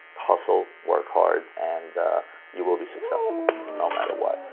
hustle, work hard, and you will be successful no matter what.